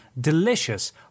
delicious